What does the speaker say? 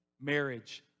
marriage